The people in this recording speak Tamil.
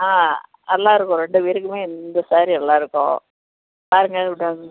ஆ நல்லா இருக்கும் ரெண்டுப் பேருக்குமே இந்த ஸேரி நல்லா இருக்கும் பாருங்கள் அது